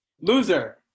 Loser